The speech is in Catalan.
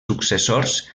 successors